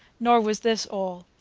nor was this all.